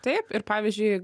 taip ir pavyzdžiui